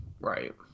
right